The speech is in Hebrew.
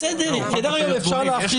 בסדר, אפשר להחיל